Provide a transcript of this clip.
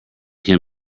can